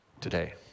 today